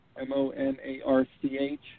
M-O-N-A-R-C-H